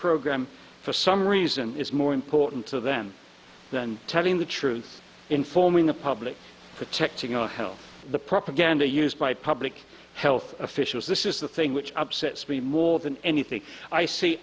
program for some reason is more important to them than telling the truth informing the public protecting our health the propaganda used by public health officials this is the thing which upsets me more than anything i see